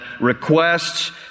requests